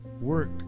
Work